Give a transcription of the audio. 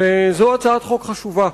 וזו הצעת חוק חשובה.